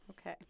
Okay